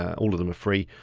all of them are free.